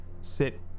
sit